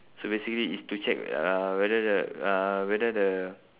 so basically it's to check uh whether the uh whether the